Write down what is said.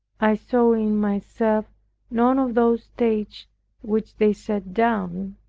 i saw in myself none of those states which they set down.